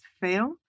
fail